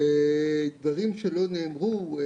דברים שלא נאמרו.